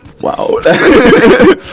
wow